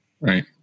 Right